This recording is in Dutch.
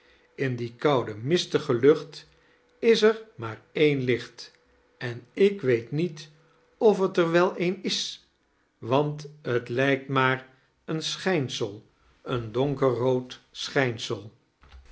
in die koude mistdge luoht is er maar een licht en ik weet niet of t er wel een is want t lijkt maar een schijnsel een donkerrood schijnsel